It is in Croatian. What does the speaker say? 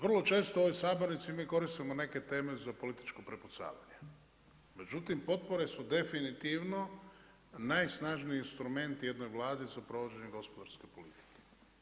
Vrlo često u ovoj sabornici mi koristimo neke teme za političko prepucavanje, međutim potpore su definitivno najsnažniji instrument jednoj Vladi za provođenje gospodarske politike.